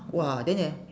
!wah! then the